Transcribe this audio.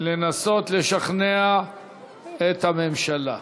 לנסות לשכנע את הממשלה,